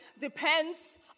depends